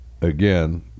again